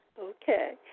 Okay